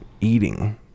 eating